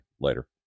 later